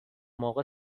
موقع